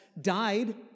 died